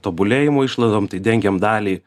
tobulėjimo išlaidom tai dengiam dalį